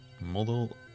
model